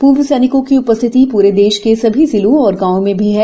पूर्व सैनिकों की उपस्थिति पूरे देश के सभी जिलों और गांवों में भी है